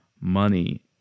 money